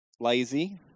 lazy